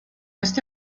este